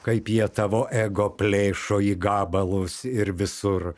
kaip jie tavo ego plėšo į gabalus ir visur